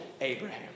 Abraham